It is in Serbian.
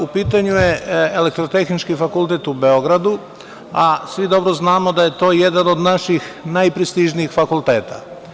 U pitanju je Elektrotehnički fakultet u Beogradu, a svi dobro znamo da je to jedan od naših najprestižnijih fakulteta.